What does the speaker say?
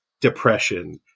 depression